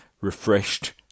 Refreshed